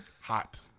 Hot